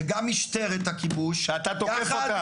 זה גם משטרת הכיבוש-- שאתה תוקף אותה,